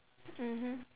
mmhmm